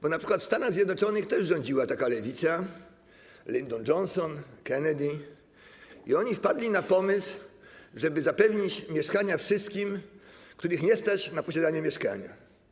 Bo np. w Stanach Zjednoczonych też rządziła taka lewica, Lyndon Johnson, Kennedy, i oni wpadli na pomysł, żeby zapewnić mieszkania wszystkim, których nie stać na posiadanie mieszkania.